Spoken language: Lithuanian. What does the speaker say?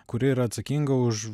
kuri yra atsakinga už